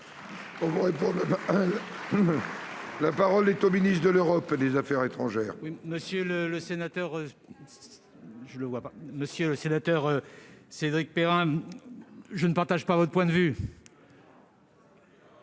La parole est à M. le ministre de l'Europe et des affaires étrangères. Monsieur le sénateur Cédric Perrin, je ne partage pas votre point de vue.